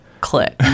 click